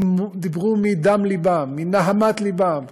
דיברו מדם לבם, מנהמת לבם.